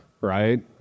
right